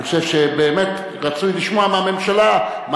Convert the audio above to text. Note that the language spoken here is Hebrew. אני חושב שבאמת רצוי לשמוע מהממשלה מה